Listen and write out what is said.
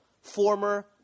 former